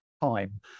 Time